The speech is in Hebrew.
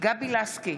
גבי לסקי,